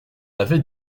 avait